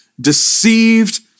deceived